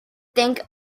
think